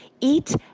eat